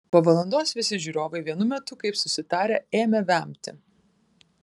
po valandos visi žiūrovai vienu metu kaip susitarę ėmė vemti